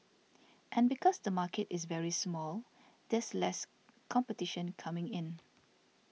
and because the market is very small there's less competition coming in